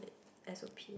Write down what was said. s_o_p